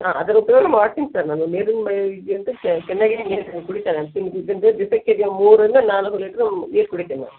ಹಾಂ ಅದರ ಉಪಯೋಗ ಮಾಡ್ತೀನಿ ಸರ್ ನಾನು ನೀರಿನ ಅಂತ ಚೆನ್ನಾಗೇ ನೀರು ಕುಡಿತೇನೆ ದಿವಸಕ್ಕೆ ಮೂರರಿಂದ ನಾಲ್ಕು ಲೀಟ್ರೂ ನೀರು ಕುಡಿತೇನೆ